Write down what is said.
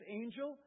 angel